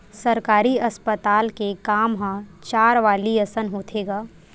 सरकारी अस्पताल के काम ह चारवाली असन होथे गा